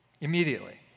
immediately